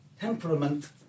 temperament